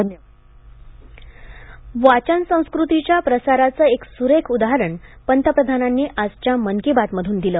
धन्यवाद वाचनसंस्कृतीच्या प्रसाराचं एक सुरेख उदाहरण पंतप्रधानांनी आजच्या मन की बात मधून दिलं